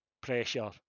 pressure